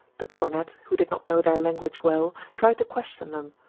the cornet, who did not know their language well, tried to question them,